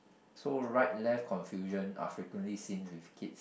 so right left confusion are frequently seem with kids